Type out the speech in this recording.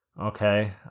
okay